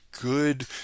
Good